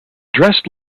dressed